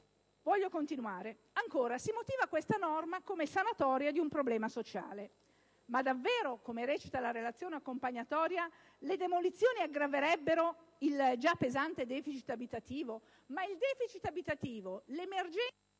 verificare. Ancora, si motiva questa norma come sanatoria di un problema sociale. Ma davvero - come recita la relazione accompagnatoria - le demolizioni aggraverebbero il già pesante deficit abitativo? Ma il deficit e l'emergenza